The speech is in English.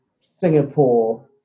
Singapore